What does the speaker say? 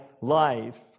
life